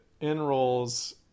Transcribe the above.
enrolls